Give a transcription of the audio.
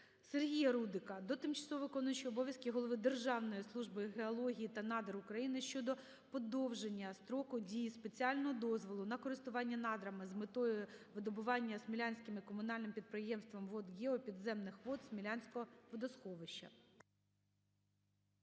Сергія Рудика до тимчасово виконуючого обов'язки голови Державної служби геології та надр України щодо подовження строку дії спеціального дозволу на користування надрами з метою видобування смілянським комунальним підприємством "ВодГео" підземних вод Смілянського водосховища.